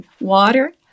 water